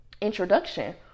introduction